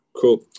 cool